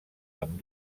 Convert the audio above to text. amb